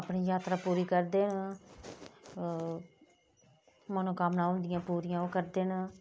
अपनी यात्रा पूरी करदे न मनोकामना होंदियां पूरियां ओह् करदे न